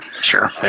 sure